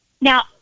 Now